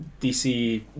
DC